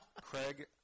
Craig